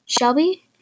Shelby